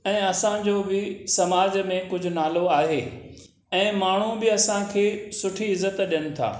ऐं असांजो बि समाज में कुझु नालो आहे ऐं माण्हू बि असांखे सुठी इज़त ॾियनि था